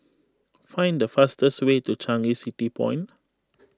find the fastest way to Changi City Point